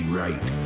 right